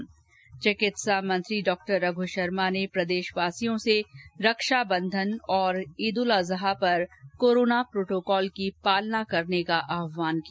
्र चिकित्सा मंत्री डॉ रघु शर्मा ने प्रदेशवासियों से रक्षा बंधन और ईद उल अजहा पर कोरोना प्रोटोकॉल की पालना करने का आहवान किया